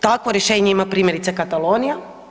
Takvo rješenje ima primjerice Katalonija.